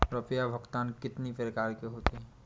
रुपया भुगतान कितनी प्रकार के होते हैं?